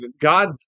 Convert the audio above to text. God